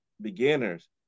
beginners